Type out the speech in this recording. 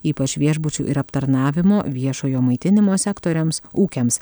ypač viešbučių ir aptarnavimo viešojo maitinimo sektoriams ūkiams